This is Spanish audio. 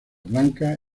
blanca